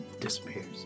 disappears